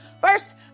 First